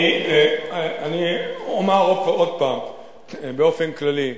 אני אומר עוד פעם באופן כללי.